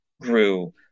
grew